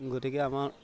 গতিকে আমাৰ